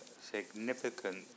significant